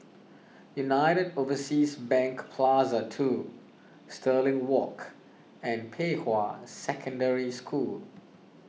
United Overseas Bank Plaza two Stirling Walk and Pei Hwa Secondary School